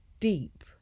deep